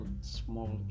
small